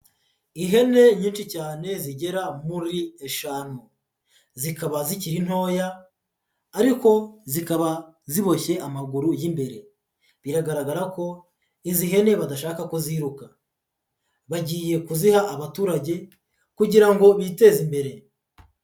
Ihene nyinshi cyane zigera muri eshanu, zikaba zikiri ntoya ariko zikaba ziboshye amaguru y'imbere, biragaragara ko izi hene badashaka ko ziruka, bagiye kuziha abaturage kugira ngo biteze imbere.